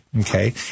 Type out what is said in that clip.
okay